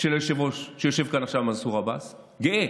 של היושב-ראש שיושב כאן עכשיו, מנסור עבאס, וגאה,